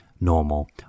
normal